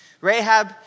Rahab